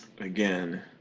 Again